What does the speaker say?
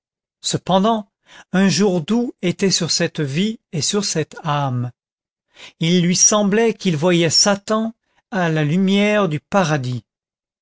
cependant un jour doux était sur cette vie et sur cette âme il lui semblait qu'il voyait satan à la lumière du paradis